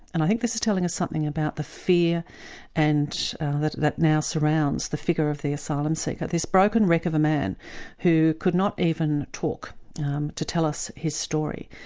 and i think this is telling us something about the fear and that that now surrounds the figure of the asylum seeker. this broken wreck of a man who could not even talk to tell us his story,